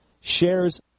shares